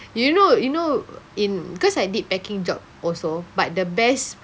do you know you know in cause I did packing job also but the best